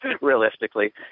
Realistically